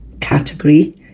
category